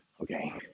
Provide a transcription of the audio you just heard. Okay